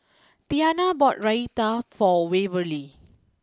Tiana bought Raita for Waverly